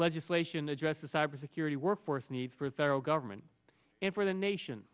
legislation addresses cybersecurity workforce needs for the federal government and for the nation